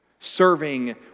Serving